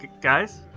Guys